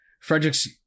Fredericks